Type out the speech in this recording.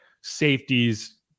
safeties